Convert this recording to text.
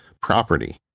property